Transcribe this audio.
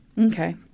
Okay